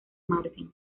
martin